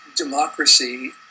democracy